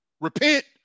Repent